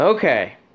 Okay